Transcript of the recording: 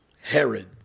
Herod